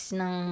ng